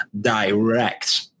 direct